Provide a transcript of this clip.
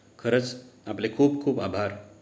खरंच आपले खूप खूप आभार